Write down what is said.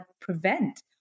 prevent